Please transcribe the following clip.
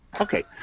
Okay